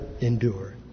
endure